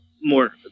more